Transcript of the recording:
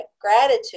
gratitude